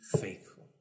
faithful